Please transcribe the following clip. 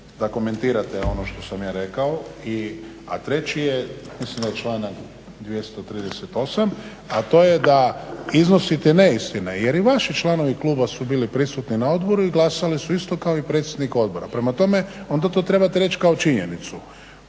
da komentirate ono što sam ja rekao, a treći je mislim da je članak 238. a to je da iznosite neistine jer i vaši članovi kluba su bili prisutni na odboru i glasali su isto kao i predsjednik odbora. Prema tome, onda to trebate reći kao činjenicu.